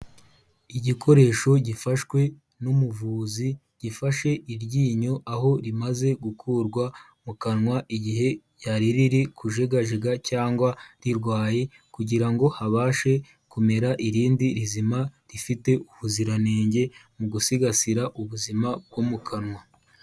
Igikoresho gifashwe n'umuvuzi gifashe iryinyo aho rimaze gukurwa mu kanwa igihe ryari riri kujegajega cyangwa rirwaye kugira ngo habashe kumera irindi rizima rifite ubuziranenge mu gusigasira ubuzima bwo mu kanwa.